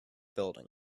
building